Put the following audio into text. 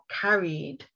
carried